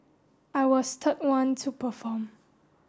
I was the third one to perform